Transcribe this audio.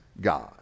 God